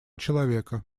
человека